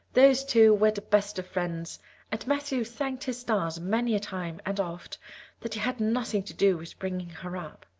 those two were the best of friends and matthew thanked his stars many a time and oft that he had nothing to do with bringing her up.